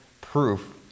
proof